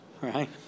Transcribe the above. Right